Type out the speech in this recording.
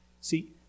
See